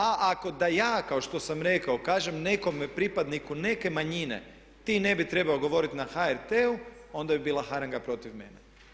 A da ja kao što sam rekao kažem nekom pripadniku neke manjine ti ne bi trebao govoriti na HRT-u onda bi bila haranga protiv mene.